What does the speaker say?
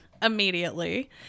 immediately